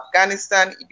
Afghanistan